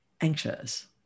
anxious